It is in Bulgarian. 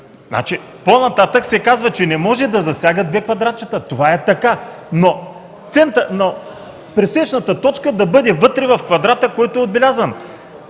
По-нататък се казва, че не може да засяга две квадратчета. Това е така, но пресечната точка да бъде вътре в квадрата, който е отбелязан.